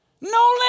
No